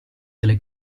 delle